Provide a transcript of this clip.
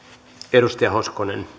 arvoisa